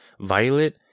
Violet